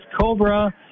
Cobra